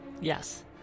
Yes